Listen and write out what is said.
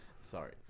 Sorry